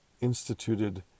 instituted